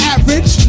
Average